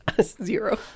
Zero